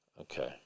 Okay